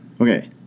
Okay